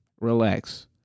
relax